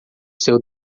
seu